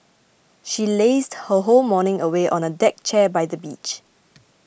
she lazed her whole morning away on a deck chair by the beach